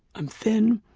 i'm thin.